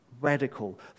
radical